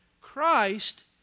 Christ